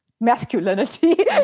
masculinity